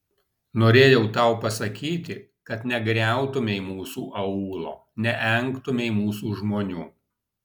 norėjau tau pasakyti kad negriautumei mūsų aūlo neengtumei mūsų žmonių